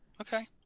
Okay